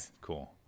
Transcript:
cool